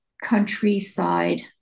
countryside